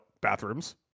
bathrooms